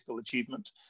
achievement